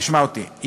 תשמע אותי,